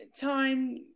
time